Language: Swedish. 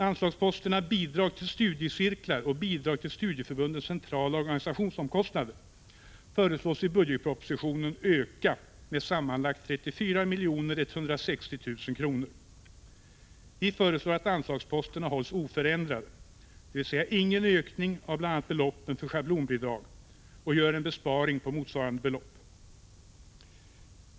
Anslagsposterna Bidrag till studiecirklar och Bidrag till studieförbundens centrala organisationskostnader föreslås i budgetpropositionen öka med sammanlagt 34 160 000 kr. Vi föreslår att anslagsposterna hålls oförändrade, dvs. ingen ökning av bl.a. beloppen för schablonbidragen, och gör en besparing på motsvarande belopp.